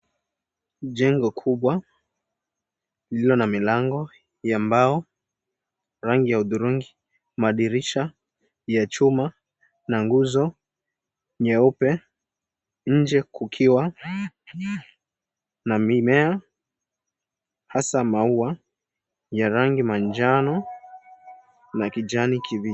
Jengo kubwa, ilio na milango ya mbao, rangi ya hudhurungi madirisha ya chuma na nguzo nyeupe. Nje kukiwa na mimea, hasa maua ya rangi manjano na kijani kibichi.